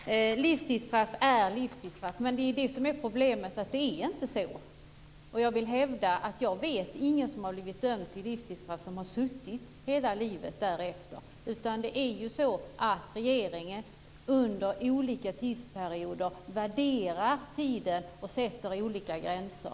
Livstidsstraff är livstidsstraff, men problemet är att det inte är så. Jag vill hävda att jag inte vet någon som har blivit dömd till livstidsstraff och som har fått sitta i fängelse hela livet. Det är på det sättet att regeringen under olika tidsperioder värderar tiden och sätter olika gränser.